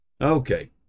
Okay